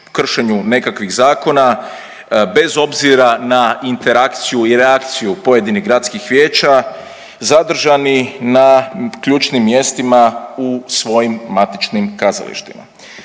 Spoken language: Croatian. nekakvih zakona bez obzira na interakciju i reakciju pojedinih gradskih vijeća zadržani na ključnim mjestima u svojim matičnim kazalištima.